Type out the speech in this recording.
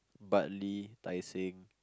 Bartley Tai-Seng